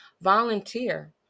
volunteer